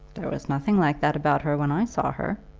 there was nothing like that about her when i saw her.